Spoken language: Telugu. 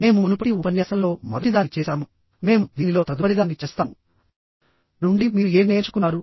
మేము మునుపటి ఉపన్యాసంలో మొదటిదాన్ని చేసాము మరియు మేము దీనిలో తదుపరిదాన్ని చేస్తాము కానీ మొదటి దాని నుండి మీరు ఏమి నేర్చుకున్నారు